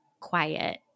quiet